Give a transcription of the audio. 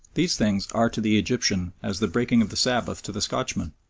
these things are to the egyptian as the breaking of the sabbath to the scotchman.